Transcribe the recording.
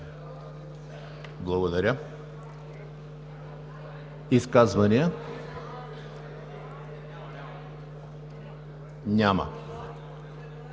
Благодаря. Изказвания? Няма.